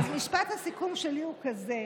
משפט הסיכום שלי הוא כזה: